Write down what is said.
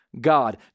God